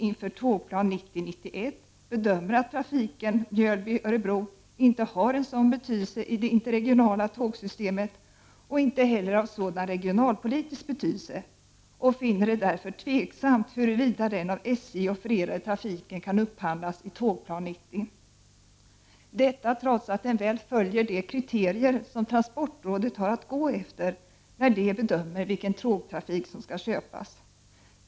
ken Mjölby-Örebro inte har en sådan betydelse i det interregionala tågsystemet och inte heller sådan regionalpolitisk betydelse — och finner det därför tveksamt huruvida den av SJ offererade trafiken kan upphandlas i Tågplan 90. Detta trots att den väl följer de kriterier som transportrådet har att gå efter när det bedömer vilken tågtrafik som skall köpas.